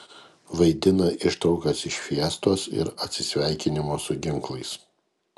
vaidina ištraukas iš fiestos ir atsisveikinimo su ginklais